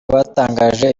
batangaje